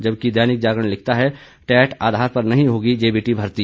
जबकि दैनिक जागरण लिखता टेट आधार पर नहीं होगी जेबीटी भर्ती